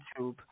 YouTube